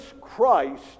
Christ